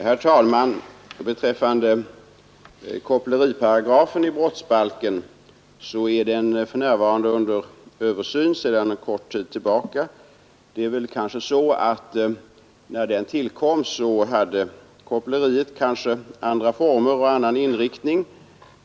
Herr talman! Koppleriparagrafen i brottsbalken är under översyn sedan en kort tid tillbaka. När den paragrafen tillkom hade koppleriet kanske andra former och annan inriktning.